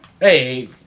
Hey